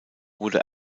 wurde